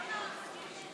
החוק, 37,